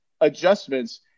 adjustments